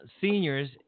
seniors